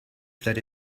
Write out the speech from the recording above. that